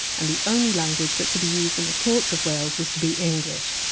and the only language that could be used in the courts of wales was to be english.